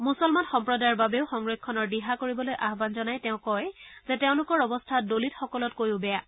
মুছলমান সম্প্ৰদায়ৰ বাবেও সংৰক্ষণৰ দিহা কৰিবলৈ আহান জনাই তেওঁ কয় যে তেওঁলোকৰ অৱস্থা দলিতসকলতকৈও বেয়া